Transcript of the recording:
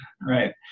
right